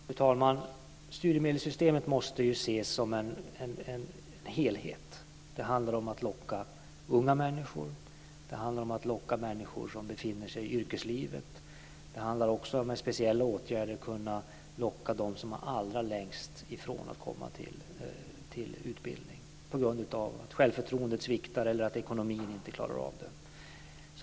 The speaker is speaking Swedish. Fru talman! Studiemedelssystemet måste ses som en helhet. Det handlar om att locka unga människor och om att locka människor som befinner sig i yrkeslivet. Det handlar också om att med speciella åtgärder kunna locka dem som är allra längst ifrån att komma till utbildning, på grund av att självförtroendet sviktar eller att ekonomin inte medger det.